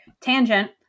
Tangent